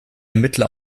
ermittler